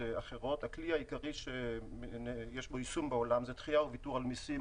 הכלי העיקרי שיש לו יישום בעולם זה דחייה וויתור על מיסים,